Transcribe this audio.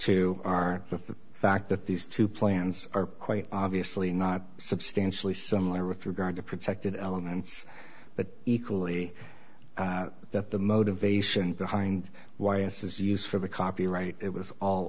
two are the fact that these two plans are quite obviously not substantially similar with regard to protected elements but equally that the motivation behind why it's is used for the copyright it was all